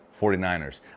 49ers